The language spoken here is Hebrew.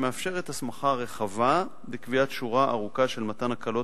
שמאפשרת הסמכה רחבה לקביעת שורה ארוכה של הקלות